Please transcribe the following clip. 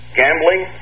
gambling